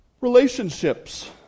Relationships